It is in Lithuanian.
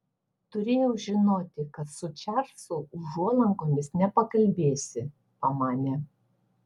turėjau žinoti kad su čarlzu užuolankomis nepakalbėsi pamanė